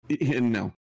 No